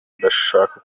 adashaka